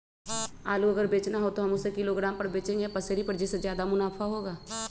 आलू अगर बेचना हो तो हम उससे किलोग्राम पर बचेंगे या पसेरी पर जिससे ज्यादा मुनाफा होगा?